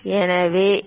எனவே ஏ